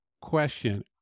question